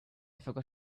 forgot